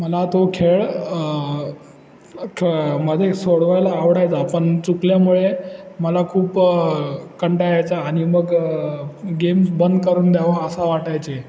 मला तो खेळ खे मध्ये सोडवायला आवडायचा पण चुकल्यामुळे मला खूप कंटाळ यायचा आणि मग गेम्स बंद करून द्यावा असा वाटायचे